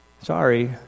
Sorry